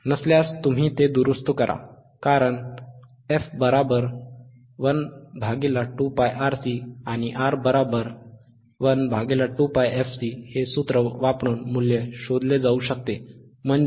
नसल्यास तुम्ही ते दुरुस्त करा कारण f 12πRC आणि R 12πfC हे सूत्र वापरून मूल्ये शोधले जाऊ शकते म्हणजे